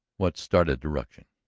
what started the ruction?